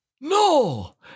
No